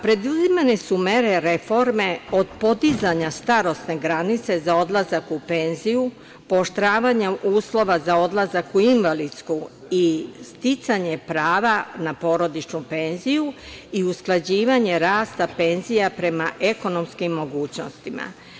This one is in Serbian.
Preduzimane su mere reforme od podizanja starosne granice za odlazak u penziju, pooštravanja uslova za odlazak u invalidsku i sticanje prava na porodičnu penziju i usklađivanje rasta penzija prema ekonomskim mogućnostima.